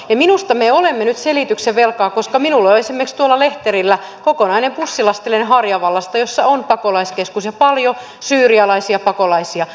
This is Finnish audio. ja minusta me olemme nyt selityksen velkaa koska minulla on esimerkiksi tuolla lehterillä kokonainen bussilastillinen harjavallasta missä on pakolaiskeskus ja paljon syyrialaisia pakolaisia